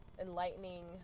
enlightening